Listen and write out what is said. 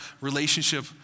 relationship